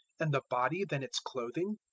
and the body than its clothing?